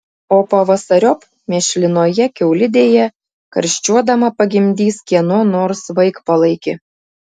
o pavasariop mėšlinoje kiaulidėje karščiuodama pagimdys kieno nors vaikpalaikį